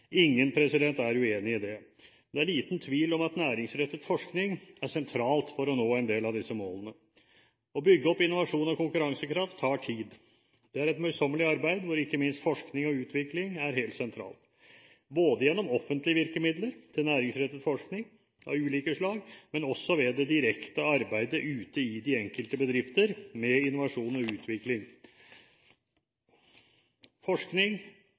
Ingen er uenig i det. Men det er liten tvil om at næringsrettet forskning er sentralt for å nå en del av disse målene. Å bygge opp innovasjons- og konkurransekraft tar tid. Det er et møysommelig arbeid, hvor ikke minst forskning og utvikling er helt sentralt, både gjennom offentlige virkemidler til næringsrettet forskning av ulike slag og ved det direkte arbeidet ute i de enkelte bedrifter med innovasjon og utvikling. Forskning,